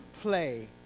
play